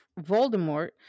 Voldemort